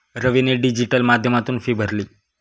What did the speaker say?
रवीने डिजिटल माध्यमातून फी भरली